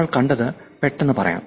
നമ്മൾ കണ്ടത് പെട്ടെന്ന് പറയാം